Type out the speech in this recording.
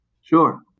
Sure